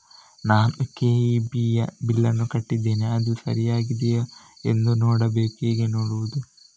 ನಾನು ಕೆ.ಇ.ಬಿ ಯ ಬಿಲ್ಲನ್ನು ಕಟ್ಟಿದ್ದೇನೆ, ಅದು ಸರಿಯಾಗಿದೆಯಾ ಎಂದು ನೋಡಬೇಕು ಹೇಗೆ ನೋಡುವುದು?